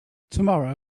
tomorrow